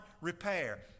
repair